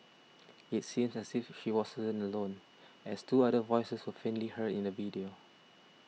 it seems as if she wasn't son alone as two other voices were faintly heard in the video